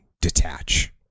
detach